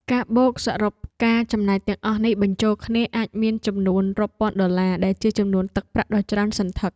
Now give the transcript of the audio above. ការបូកសរុបការចំណាយទាំងអស់នេះបញ្ចូលគ្នាអាចមានចំនួនរាប់ពាន់ដុល្លារដែលជាចំនួនទឹកប្រាក់ដ៏ច្រើនសន្ធឹក។